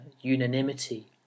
unanimity